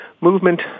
movement